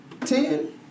ten